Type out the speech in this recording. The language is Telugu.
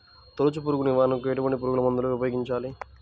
తొలుచు పురుగు నివారణకు ఎటువంటి పురుగుమందులు ఉపయోగించాలి?